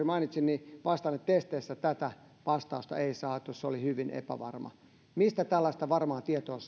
mainitsin ministeri vastaan että testeissä tätä vastausta ei saatu se oli hyvin epävarma mistä saadaan tällaista varmaa tietoa